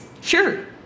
sure